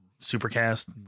supercast